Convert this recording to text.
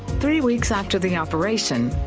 three weeks after the operation,